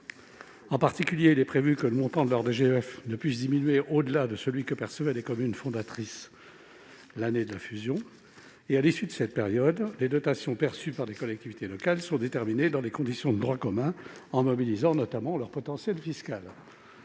En particulier, il est prévu que le montant de la DGF ne puisse diminuer au-delà de celui que percevaient les communes fondatrices l'année de fusion. À l'issue de cette période, les dotations perçues par les collectivités locales sont déterminées dans les conditions de droit commun, en mobilisant notamment leur potentiel fiscal.